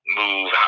move